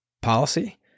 policy